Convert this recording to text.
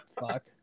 fuck